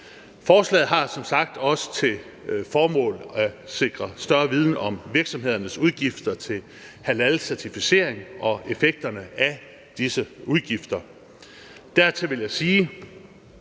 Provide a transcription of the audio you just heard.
Forslaget har som sagt også til formål at sikre større viden om virksomhedernes udgifter til halalcertificering og effekterne af disse udgifter. Dertil vil jeg sige,